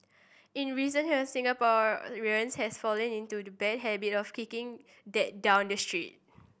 in recent hear Singaporeans has fallen into the bad habit of kicking that down the street